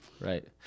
right